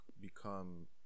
become